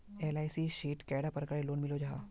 LIC शित कैडा प्रकारेर लोन मिलोहो जाहा?